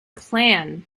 plan